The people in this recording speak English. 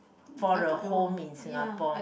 for a home in Singapore